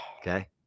Okay